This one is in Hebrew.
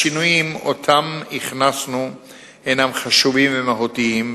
השינויים שהכנסנו הינם חשובים ומהותיים,